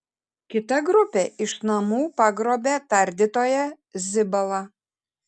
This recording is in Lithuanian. kita grupė iš namų pagrobė tardytoją zibalą